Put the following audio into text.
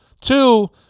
two